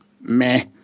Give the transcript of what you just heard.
Meh